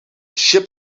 ship